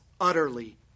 utterly